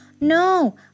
No